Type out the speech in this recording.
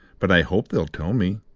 but i hope they'll tell me.